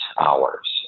hours